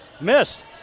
missed